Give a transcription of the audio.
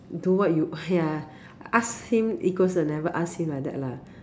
do what you ya ask him equals to never ask him like that lah